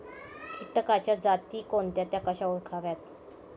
किटकांच्या जाती कोणत्या? त्या कशा ओळखाव्यात?